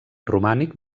romànic